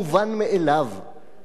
ולא היה צריך הסברות